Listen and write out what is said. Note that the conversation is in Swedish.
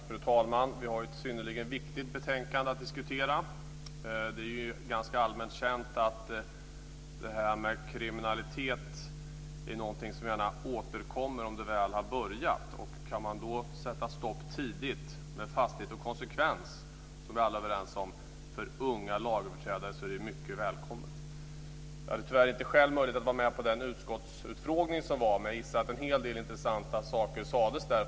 Fru talman! Vi har ett synnerligen viktigt betänkande att diskutera. Det är ganska allmänt känt att kriminalitet är någonting som gärna återkommer om det väl har börjat. Kan man då sätta stopp tidigt med fasthet och konsekvens, som vi alla är överens om, för unga lagöverträdare är det mycket välkommet. Jag hade tyvärr inte själv möjlighet att vara med på utskottsutfrågningen förra veckan, men jag gissar att en hel del intressanta saker sades där.